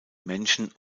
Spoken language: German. menschen